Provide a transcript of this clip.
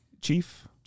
Chief